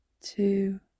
two